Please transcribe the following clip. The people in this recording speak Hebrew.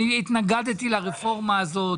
אני התנגדתי לרפורמה הזאת,